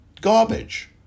garbage